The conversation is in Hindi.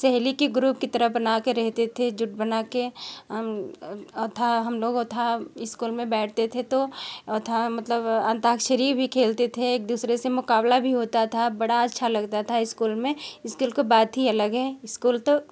सहेली के ग्रुप की तरह बना के रहते थे जुट बना के अथा हम लोग अथा स्कूल में बैठते थे तो अथा मतलब अंताक्षरी भी खेलते थे एक दूसरे से मुकाबला भी होता था बड़ा अच्छा लगता था स्कूल में स्कूल की बात ही अलग है स्कूल तो